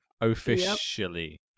Officially